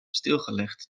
stilgelegd